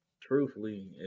Truthfully